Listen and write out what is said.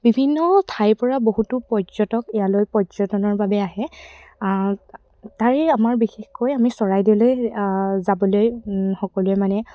বিভিন্ন ঠাইৰ পৰা বহুতো পৰ্যটক ইয়ালৈ পৰ্যটনৰ বাবে আহে তাৰে আমাৰ বিশেষকৈ আমি চৰাইদেউলৈ যাবলৈ সকলোৱে মানে